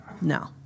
No